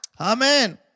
Amen